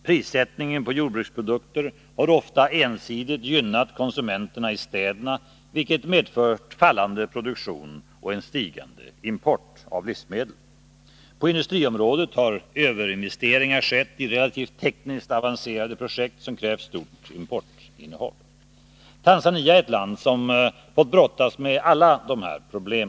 Prissättningen på jordbruksprodukter har ofta ensidigt gynnat konsumenterna i städerna, vilket medfört fallande produktion och stigande import av livsmedel. På industriområdet har överinvesteringar skett i relativt tekniskt avancerade projekt som krävt stort importunderhåll. Tanzania är ett land som fått brottas med alla dessa problem.